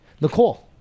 Nicole